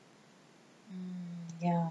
ya